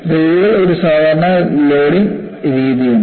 റെയിലുകൾക്ക് ഒരു സാധാരണ ലോഡിംഗ് രീതിയുണ്ട്